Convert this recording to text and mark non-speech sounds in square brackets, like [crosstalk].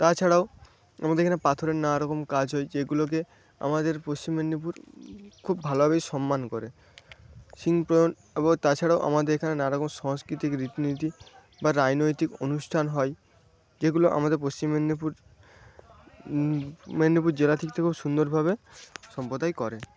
তাছাড়াও আমাদের এখানে পাথরের নানারকম কাজ হয় যেগুলোকে আমাদের পশ্চিম মেদিনীপুর খুব ভালোভাবেই সম্মান করে [unintelligible] এবং তাছাড়াও আমাদের এখানে নানারকম সংস্কৃতিক রীতিনীতি বা রাজনৈতিক অনুষ্ঠান হয় যেগুলো আমাদের পশ্চিম মেদিনীপুর মেদনীপুর [unintelligible] খুব সুন্দরভাবে সম্প্রদায় করে